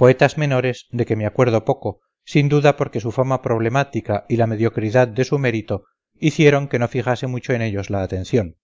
poetas menores de que me acuerdo poco sin duda porque su fama problemática y la mediocridad de su mérito hicieron que no fijase mucho en ellos la atención